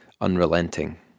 unrelenting